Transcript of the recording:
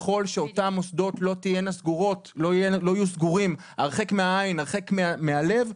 ככל שאותם מוסדות לא יהיו סגורים הרחק מהעין הרחק מהלב,